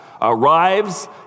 arrives